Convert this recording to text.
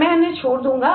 मैं इन्हें छोड़ दूंगा